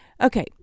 Okay